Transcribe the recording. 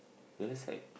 the other side